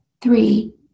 three